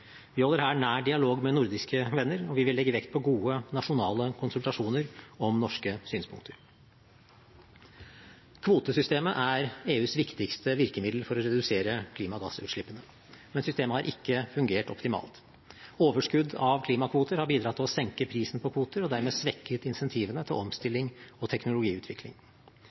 Vi holder her nær dialog med nordiske venner, og vi vil legge vekt på gode nasjonale konsultasjoner om norske synspunkter. Kvotesystemet er EUs viktigste virkemiddel for å redusere klimagassutslippene, men systemet har ikke fungert optimalt. Overskudd av klimakvoter har bidratt til å senke prisen på kvoter og dermed svekket incentivene til omstilling og teknologiutvikling.